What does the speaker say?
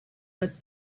but